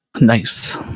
Nice